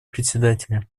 председателя